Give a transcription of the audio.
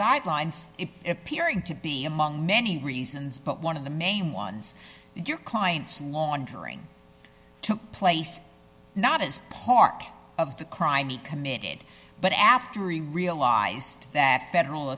guidelines if appearing to be among many reasons but one of the main ones your clients laundering took place not as part of the crime he committed but after you realized that federal